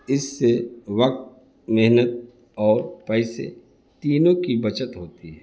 اس سے وقت محنت اور پیسے تینوں کی بچت ہوتی ہے